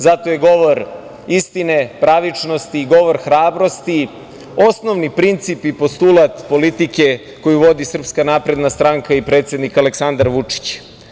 Zato je govor istine, pravičnosti, govor hrabrosti osnovni princip i postulat politike koju vodi SNS i predsednik Aleksandar Vučić.